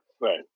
Right